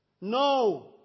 No